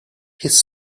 his